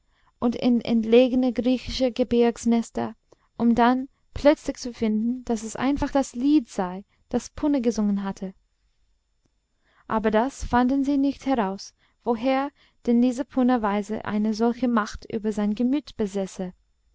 und in entlegene griechische gebirgsnester um dann plötzlich zu finden daß es einfach das lied sei das punna gesungen hatte aber das fanden sie nicht heraus woher denn diese punnaweise eine solche macht über sein gemüt